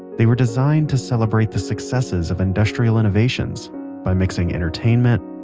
they were designed to celebrate the successes of industrial innovations by mixing entertainment,